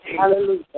Hallelujah